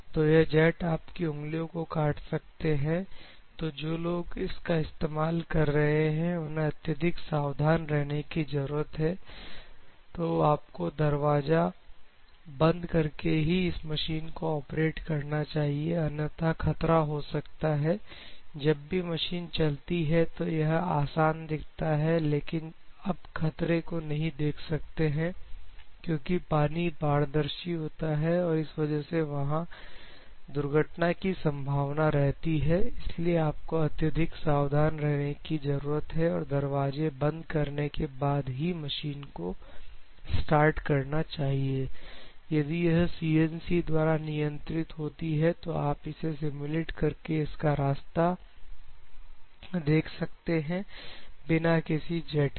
तो यह जेट आपकी उंगलियों को काट सकते हैं तो जो लोग इसका इस्तेमाल कर रहे हैं उन्हें अत्यधिक सावधान रहने की जरूरत है तो आपको दरवाजा बंद करके ही इस मशीन को ऑपरेट करना चाहिए अन्यथा खतरा हो सकता है जब भी मशीन चलती है तो यह आसान दिखता है लेकिन अब खतरे को नहीं देख सकते क्योंकि पानी पारदर्शी होता है तो इस वजह से वहां पर दुर्घटना की संभावना रहती है इसलिए आपको अत्यधिक सावधान रहने की जरूरत है और दरवाजे बंद करने के बाद ही मशीन को स्टार्ट करना चाहिए यदि यह CNC द्वारा नियंत्रित होती है तो आप इसे सिमुलेट करके इसका रास्ता देख सकते हैं बिना किसी जेट के